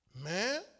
Man